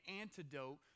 antidote